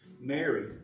Mary